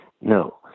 No